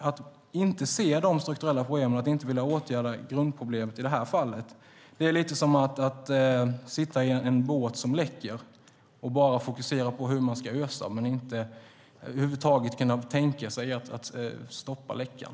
Att inte se de strukturella problemen och att inte vilja åtgärda grundproblemet i det här fallet är lite som att sitta i en båt som läcker och bara fokusera på hur man ska ösa i stället för att tänka på hur man ska stoppa läckan.